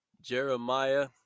Jeremiah